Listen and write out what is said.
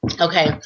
Okay